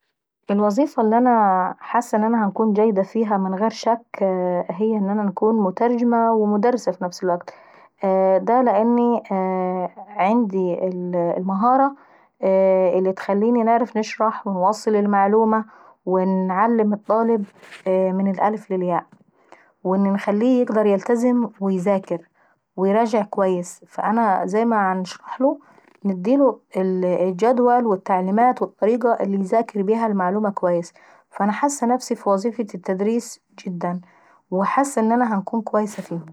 الوظيفة اللي انا حاسة ان انا هنكون جيدة فيها من غير شك هي انا نكون مترجمة ومدرسة في نفس الوكت. لاني شايفة ف نفسي المهارة اللي تخليني نعرف نشرح ونوصل المعلومة ونعلم الطالب من الألف للياء. واني نخليه يقدر يتلزم ويذاكر ويراجع اكويس. انا زي ما باشرحله نديله الجدول والتعليمات والطريقة اللي يذاكر بيها المعلومة اكويس. فانا حاسة نفسي في وظيفة التدريس جدا وحاسة ان انا هنكون كويسة فيهيي.